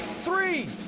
three,